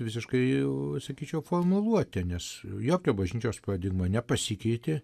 visiškai jau sakyčiau formuluotė nes jokia bažnyčios paradigma nepasikeitė